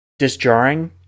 disjarring